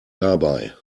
dabei